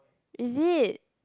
is it